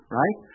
right